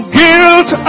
guilt